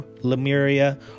lemuria